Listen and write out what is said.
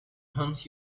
haunt